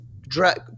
drag